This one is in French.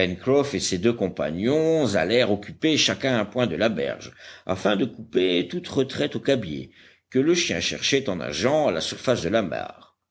et ses deux compagnons allèrent occuper chacun un point de la berge afin de couper toute retraite au cabiai que le chien cherchait en nageant à la surface de la mare